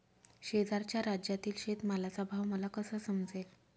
शेजारच्या राज्यातील शेतमालाचा भाव मला कसा समजेल?